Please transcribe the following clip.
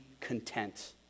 content